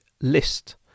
list